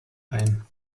ein